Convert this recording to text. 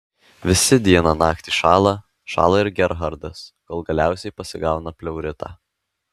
visi dieną naktį šąla šąla ir gerhardas kol galiausiai pasigauna pleuritą